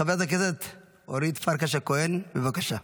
חברת הכנסת אורית פרקש הכהן, בבקשה.